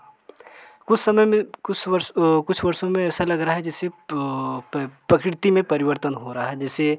कुछ समय में कुछ वर्ष कुछ वर्षों में ऐसा लग रहा है जैसे प्रकृति में परिवर्तन हो रहा है जैसे